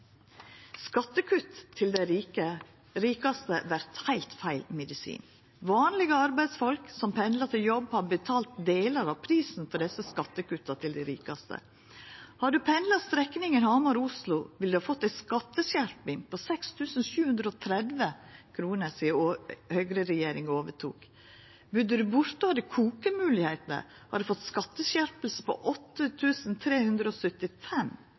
Skattekutt til dei rikaste vert heilt feil medisin. Vanlege arbeidsfolk som pendlar til jobb, har betalt delar av prisen for desse skattekutta til dei rikaste. Har ein pendla strekninga Hamar–Oslo, ville ein fått ei skatteskjerping på 6 730 kr sidan høgreregjeringa overtok. Budde ein borte og hadde kokemoglegheiter, har ein fått skatteskjerping på